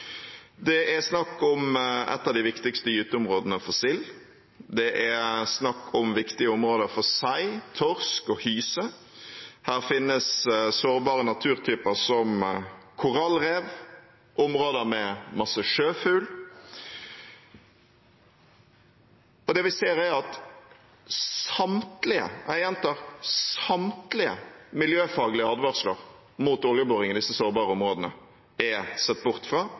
Det er snakk om et av de viktigste gyteområdene for sild. Det er snakk om viktige områder for sei, torsk og hyse. Her finnes sårbare naturtyper som korallrev og områder med masse sjøfugl. Det vi ser, er at samtlige – jeg gjentar: samtlige – miljøfaglige advarsler mot oljeboring i disse sårbare områdene er sett bort fra